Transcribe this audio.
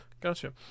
Gotcha